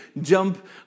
jump